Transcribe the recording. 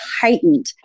heightened